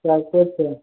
चार्जके छोड़ब